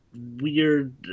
weird